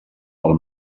del